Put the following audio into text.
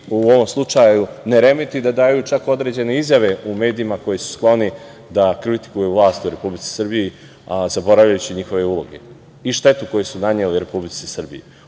u ovom slučaju ne remeti da daju čak određene izjave u medijima koji su skloni da kritikuju vlasti u Republici Srbiji, a zaboravljajući njihove uloge i štetu koju su naneli Republici Srbiji.U